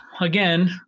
again